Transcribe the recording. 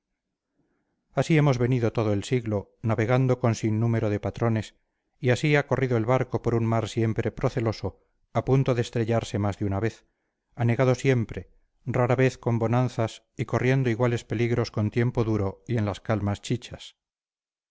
así hemos venido todo el siglo navegando con sinnúmero de patrones y así ha corrido el barco por un mar siempre proceloso a punto de estrellarse más de una vez anegado siempre rara vez con bonanzas y corriendo iguales peligros con tiempo duro y en las calmas chichas